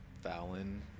Fallon